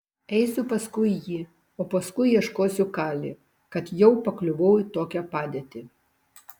eisiu paskui jį o paskui ieškosiu kali kad jau pakliuvau į tokią padėtį